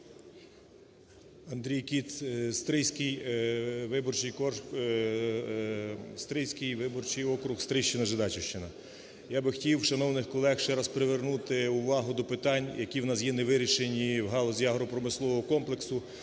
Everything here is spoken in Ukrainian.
Андрій Кіт, Стрийський виборчий округ, Стрийщина, Жидачівщина. Я би хотів шановних колег ще раз привернути увагу до питань, які в нас є невирішені в галузі агропромислового комплексу,